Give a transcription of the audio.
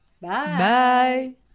Bye